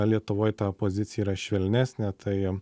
lietuvoj ta pozicija yra švelnesnė tai